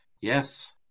yes